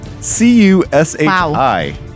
C-U-S-H-I